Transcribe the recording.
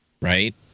Right